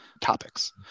topics